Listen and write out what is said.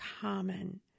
common